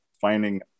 finding